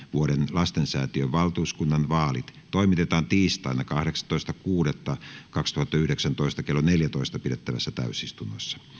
lastensäätiön valtuuskunnan vaalit toimitetaan tiistaina kahdeksastoista kuudetta kaksituhattayhdeksäntoista kello neljässätoista pidettävässä täysistunnossa